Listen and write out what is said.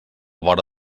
vora